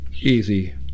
easy